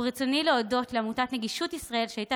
ברצוני להודות לעמותת נגישות ישראל על כך שהייתה